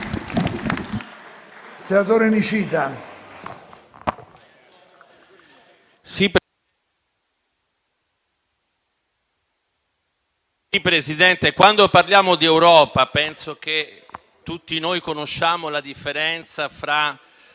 Presidente, quando parliamo di Europa, penso che tutti noi conosciamo la differenza tra